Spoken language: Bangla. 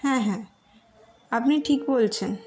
হ্যাঁ হ্যাঁ আপনি ঠিক বলছেন